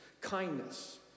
kindness